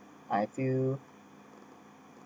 I feel